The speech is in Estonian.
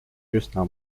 üsna